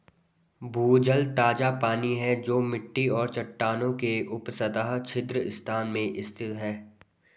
भूजल ताजा पानी है जो मिट्टी और चट्टानों के उपसतह छिद्र स्थान में स्थित है